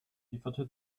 lieferte